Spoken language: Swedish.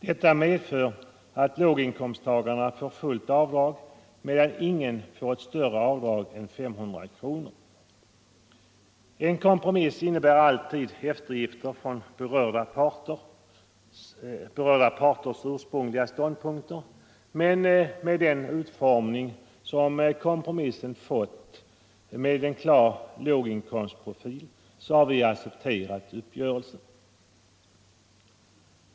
Detta medför att låginkomsttagarna får fullt avdrag, medan ingen får ett större avdrag än 500 kronor. En kompromiss innebär alltid eftergifter från berörda parters ursprungliga ståndpunkter, men med den utformning som kompromissen fått, med en klar låginkomstprofil, har vi accepterat uppgörelsen.